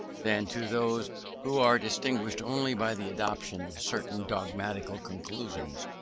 than to those who are distinguished only by the adoption of certain dogmatical conclusions,